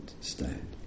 Stand